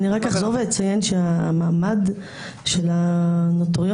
אני רק אחזור ואציין שהמעמד של הנוטריון